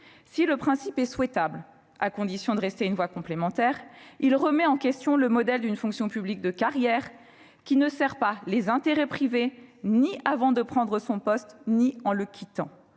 de fonctionnement est souhaitable, à condition de rester une voie complémentaire, il remet en question le modèle d'une fonction publique de carrière, où l'on ne sert pas les intérêts privés, ni avant de prendre son poste, ni en le quittant.